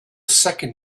second